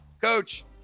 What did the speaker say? Coach